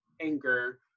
anger